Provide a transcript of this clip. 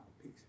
Peace